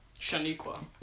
Shaniqua